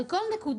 על כל נקודה,